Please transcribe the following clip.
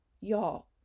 Y'all